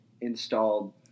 installed